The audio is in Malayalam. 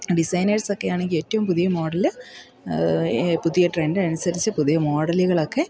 ഡിസൈനേഴ്സ് ഒക്കെയാണെങ്കിൽ ഏറ്റവും പുതിയ മോഡല് പുതിയ ട്രെൻഡ് അനുസരിച്ച് പുതിയ മോഡലുകളൊക്കെ